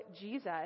Jesus